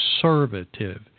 conservative